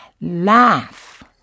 laugh